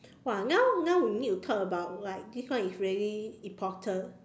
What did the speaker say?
!wah! now now we need to talk about like this one is really important